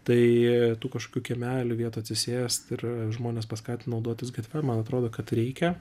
tai tų kažkokių kiemelių vietų atsisėst ir žmones paskatint naudotis gatve man atrodo kad reikia